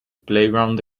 playground